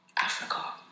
africa